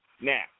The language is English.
Now